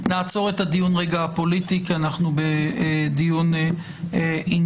נעצור את הדיון הפוליטי כי אנחנו בדיון ענייני.